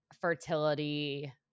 fertility